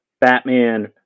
Batman